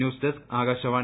news desk Akashvani